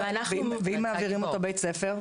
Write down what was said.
ואם מעבירים אותו בית ספר?